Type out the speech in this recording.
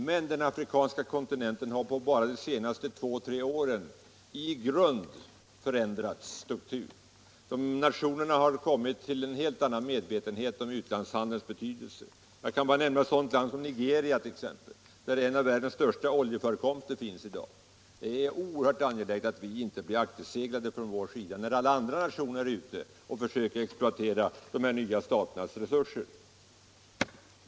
Men den afrikanska kon = m.m. tinenten har på bara de senaste två tre åren i grund förändrat struktur. Nationerna har fått en helt annan medvetenhet om utlandshandelns betydelse. Jag kan bara nämna ett sådant land som Nigeria, där en av världens största oljeförekomster finns i dag. Det är oerhört angeläget att vi i Sverige inte blir akterseglade när alla andra nationer är ute och försöker exploatera dessa nya staters resurser.